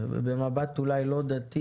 במבט אולי לא דתי,